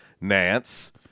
Nance